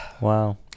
wow